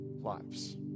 lives